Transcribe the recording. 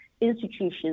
institutions